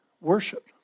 worship